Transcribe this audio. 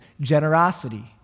generosity